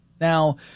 Now